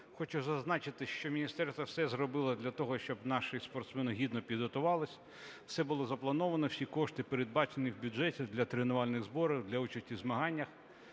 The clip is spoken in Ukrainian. Хочу зазначити, що міністерство все зробило для того, щоб наші спортсмени гідно підготувались. Все було заплановано, всі кошти передбачені в бюджеті для тренувальних зборів, для участі в змаганнях.